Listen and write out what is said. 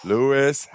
Lewis